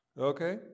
okay